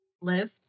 Live